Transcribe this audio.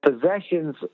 possessions